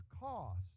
cost